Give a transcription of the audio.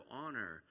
honor